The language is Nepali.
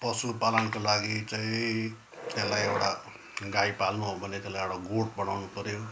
पशु पालनको लागि चाहिँ त्यसलाई एउटा गाई पाल्नु हो भने त्यसलाई एउटा गोठ बनाउनु पऱ्यो